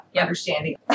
understanding